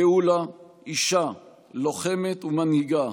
גאולה, אישה, לוחמת ומנהיגה,